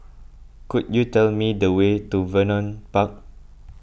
could you tell me the way to Vernon Park